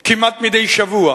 כמעט מדי שבוע